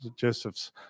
Joseph's